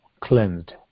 cleansed